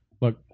Look